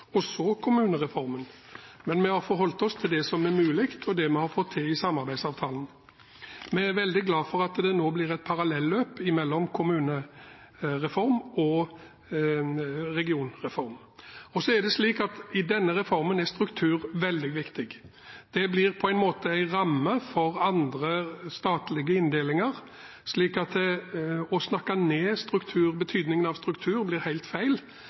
og så kommunereformen. Men vi har forholdt oss til det som er mulig og det vi har fått til i samarbeidsavtalen. Vi er veldig glad for at det nå blir parallelløp mellom kommunereform og en regionreform. Så er det slik at i denne reformen er struktur veldig viktig. Det blir på en måte en ramme for andre statlige inndelinger, så å snakke ned betydningen av struktur blir helt feil.